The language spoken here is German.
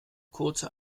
kurze